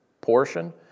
portion